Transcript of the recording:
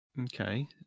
Okay